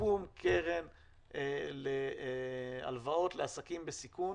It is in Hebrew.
שתקום קרן להלוואות לעסקים בסיכון.